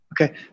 Okay